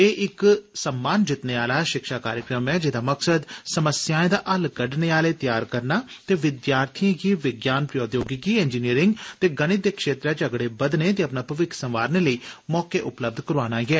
एह् इक सम्मान जित्तने आला शिक्षा कार्यक्रम ऐ जेह्दा मकसद ''समस्याएं दा हल कड्डने आले'' तैआर करना ते विद्यार्थिएं गी विज्ञान प्रोद्योगिनी इंजीनियरिंग ते गणित दे क्षेत्रें च अगड़े बघने ते अपना भविक्ख संवारने लेई मौके उपलब्ध कराना ऐ